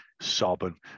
sobbing